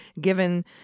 given